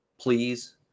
please